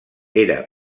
era